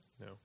No